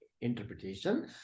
interpretation